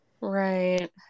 right